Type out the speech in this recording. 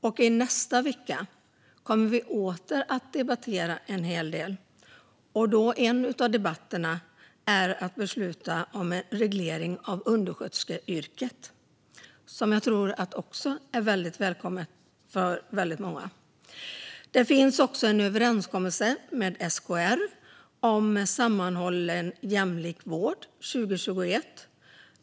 Och i nästa vecka kommer vi åter att debattera en hel del. Vi kommer att debattera och besluta om en reglering av undersköterskeyrket. Det tror jag är väldigt välkommet för väldigt många. Det finns också en överenskommelse med SKR om en sammanhållen jämlik vård 2021.